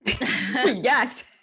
Yes